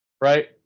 right